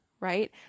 right